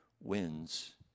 wins